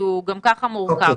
הוא גם כך מורכב.